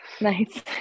Nice